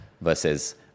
versus